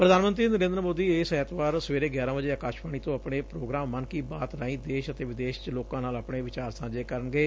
ਪ੍ਧਾਨ ਮੰਤਰੀ ਨਰੇਂਦਰ ਮੋਦੀ ਇਸ ਐਤਵਾਰ ਸਵੇਰੇ ਗਿਆਰਾ ਵਜੇ ਆਕਾਸ਼ਵਾਣੀ ਤੋਂ ਆਪਣੇ ਪ੍ਰੋਗਰਾਮ ਮਨ ਕੀ ਬਾਤ ਰਾਹੀ ਦੇਸ਼ ਅਤੇ ਵਿਦੇਸ਼ ਚ ਲੋਕਾ ਨਾਲ ਆਪਣੇ ਵਿਚਾਰ ਸਾਂਝੇ ਕਰਨਗੇ